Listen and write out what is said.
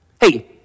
hey